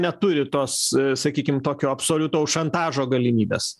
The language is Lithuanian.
neturi tos sakykim tokio absoliutaus šantažo galimybės